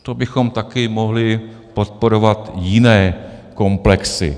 To bychom taky mohli podporovat jiné komplexy.